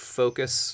focus